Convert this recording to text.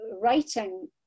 writing